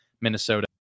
Minnesota